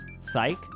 Psych